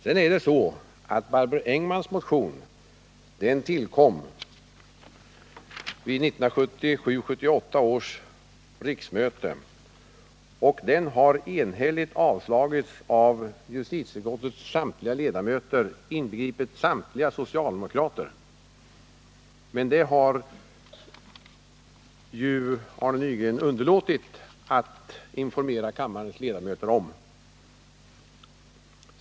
Sedan var det så att Barbro Engman-Nordins motion tillkom under 1977/78 års riksmöte, och den avstyrktes enhälligt av justitieutskottets samtliga ledamöter, inbegripet samtliga socialdemokrater. Men det har Arne Nygren underlåtit att informera kammarens ledamöter om.